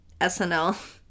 SNL